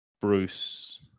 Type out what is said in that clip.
Bruce